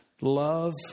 love